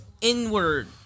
inward